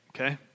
Okay